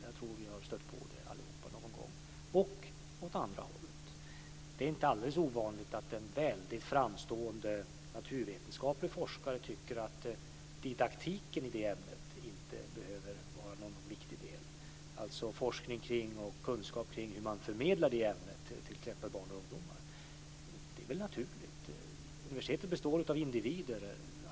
Jag tror att vi har stött på det allihop någon gång, och också åt andra hållet. Det är inte alldeles ovanligt att en väldigt framstående naturvetenskaplig forskare tycker att didaktiken i det ämnet inte behöver vara någon viktig del, dvs. forskning och kunskap kring hur man förmedlar det ämnet till t.ex. barn och ungdomar. Det är naturligt. Universiteten består av individer.